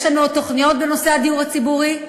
יש לנו עוד תוכניות בנושא הדיור הציבורי,